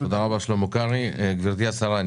גברתי השרה,